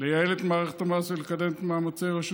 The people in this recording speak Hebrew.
לייעל את מערכת המס ולקדם את מאמצי רשות